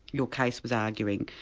your case was arguing,